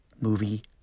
movie